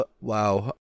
Wow